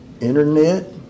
internet